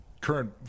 current